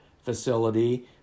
facility